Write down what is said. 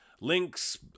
Links